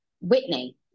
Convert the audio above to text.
Whitney